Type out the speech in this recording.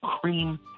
cream